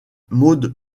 maud